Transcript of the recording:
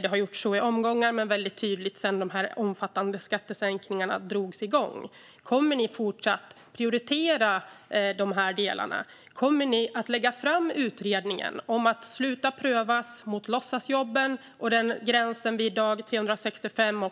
Det har skett i omgångar, men det har varit väldigt tydligt sedan de omfattande skattesänkningarna drogs igång. Kommer ni även i fortsättningen att prioritera dessa delar? Kommer ni att lägga fram utredningen om att ta bort prövningen mot låtsasjobb och gränsen vid dag 365